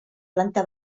planta